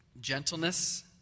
gentleness